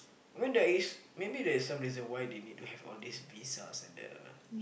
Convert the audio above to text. I mean there is maybe there is some reason why they need to have all these visas and that lah